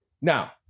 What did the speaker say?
Now